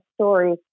story